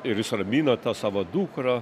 ir jis ramina tą savo dukrą